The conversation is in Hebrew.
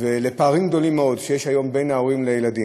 ולפערים גדולים מאוד שיש היום בין ההורים לילדים.